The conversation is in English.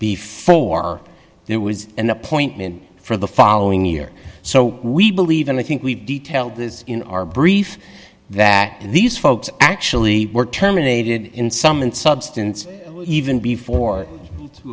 before there was an appointment for the following year so we believe and i think we detailed our brief that these folks actually were terminated in sum and substance even before t